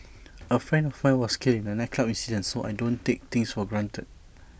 A friend of mine was killed in A nightclub incident so I don't take things for granted